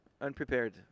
unprepared